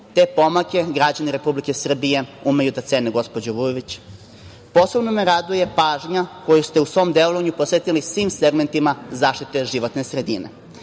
Te pomake građani Republike Srbije umeju da cene, gospođo Vujović. Posebno me raduje pažnja koju ste u svom delovanju posvetili svim segmentima zaštite životne sredine.